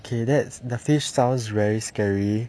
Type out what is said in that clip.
okay that's the fish sounds very scary